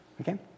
okay